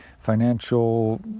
financial